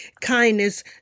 kindness